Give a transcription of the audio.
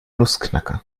nussknacker